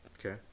Okay